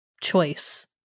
choice